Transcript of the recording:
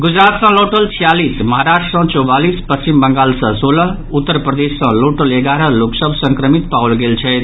गुजरात सॅ लौटल छियालिस महाराष्ट्र सॅ चौबालिस पश्चिम बंगाल सॅ सोलह उत्तरप्रदेश सॅ लौटल एगारह लोकसभ संक्रमित पाओल गेल छथि